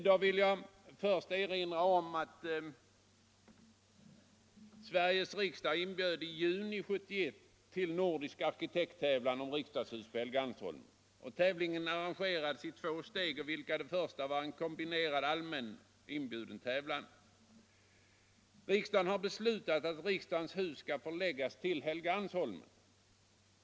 Då vill jag först erinra om att Sveriges riksdag inbjöd i juni 1971 till nordisk arkitekttävling om riksdagshus på Helgeandsholmen. Tävlingen arrangerades i två steg, av vilka det första var en kombinerad allmän tävling. Riksdagen har beslutat att riksdagens hus skall förläggas till Helgeandsholmen.